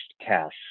cash